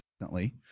instantly